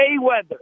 Mayweather